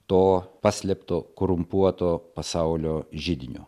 to paslėpto korumpuoto pasaulio židiniu